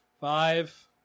Five